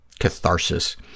catharsis